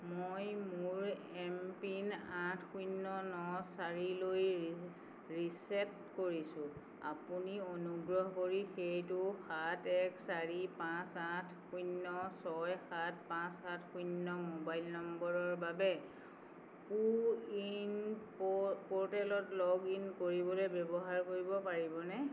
মই মোৰ M PIN আঠ শূণ্য ন চাৰিলৈ ৰি ৰিচেট কৰিছোঁ আপুনি অনুগ্ৰহ কৰি সেইটো সাত এক চাৰি পাঁচ আঠ শূণ্য ছয় সাত পাঁচ সাত শূণ্য মোবাইল নম্বৰৰ বাবে কো ৱিন প প'ৰ্টেলত লগ ইন কৰিবলৈ ব্যৱহাৰ কৰিব পাৰিবনে